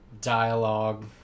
dialogue